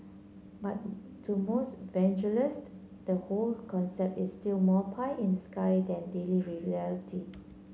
but to most the whole concept is still more pie in the sky than daily reality